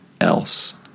else